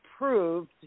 approved